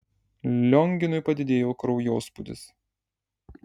lionginui padidėjo kraujospūdis